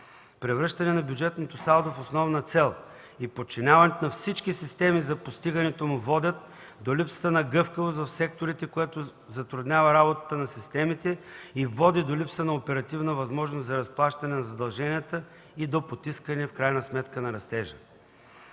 Превръщането на бюджетното салдо в основна цел и подчиняването на всички системи за постигането му водят до липсата на гъвкавост в секторите, което затруднява работата на системите и води до липса на оперативна възможност за разплащане на задълженията и до потискане в крайна сметка на растежа.